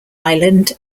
island